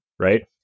right